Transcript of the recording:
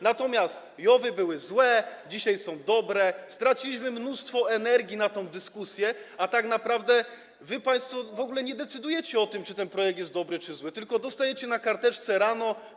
Natomiast JOW-y były złe, dzisiaj są dobre, straciliśmy mnóstwo energii na tę dyskusję, a tak naprawdę państwo w ogóle nie decydujecie o tym, czy ten projekt jest dobry, czy zły, tylko dostajecie to na karteczce rano.